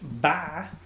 bye